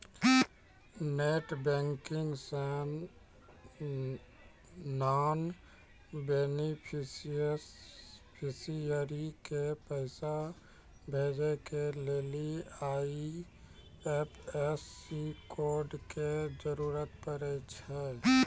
net banking से non beneficiary के पैसा भेजै के लेली आई.एफ.एस.सी कोड के जरूरत पड़ै छै